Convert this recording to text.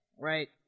right